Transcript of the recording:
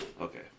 Okay